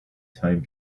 time